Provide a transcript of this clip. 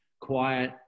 quiet